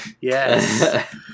Yes